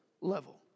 level